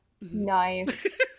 nice